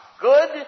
good